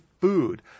food